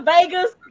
Vegas